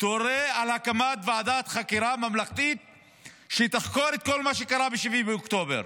תורה על הקמת ועדת חקירה ממלכתית שתחקור את כל מה שקרה ב-7 באוקטובר.